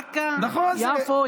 "עכא"; "יפו",